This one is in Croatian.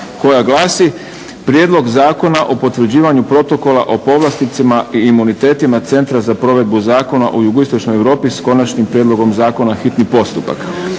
koja glasi Prijedlog zakona o potvrđivanju Protokola o povlasticama i imunitetima Centra za provedbu Zakona o jugoistočnoj Europi, s konačnim prijedlogom zakona, hitni postupak.